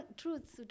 truths